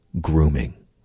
grooming